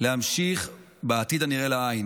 להימשך בעתיד הנראה לעין,